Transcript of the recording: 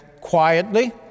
quietly